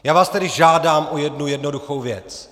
Já vás tedy žádám o jednu jednoduchou věc.